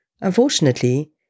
Unfortunately